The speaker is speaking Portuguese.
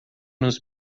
nos